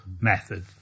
method